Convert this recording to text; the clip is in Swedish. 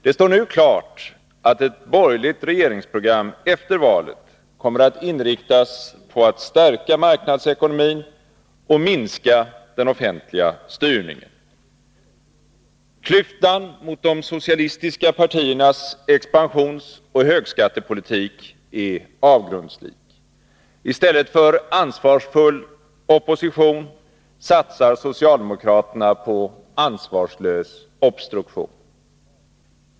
Det står nu klart att ett borgerligt regeringsprogram efter valet kommer att inriktas på att stärka marknadsekonomin och minska den offentliga styrningen. Klyftan mot de socialistiska partiernas expansionsoch högskattepolitik är avgrundslik. I stället för ansvarsfull opposition satsar socialdemokraterna på ansvarslös obstruktion.